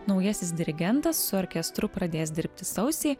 naujasis dirigentas su orkestru pradės dirbti sausį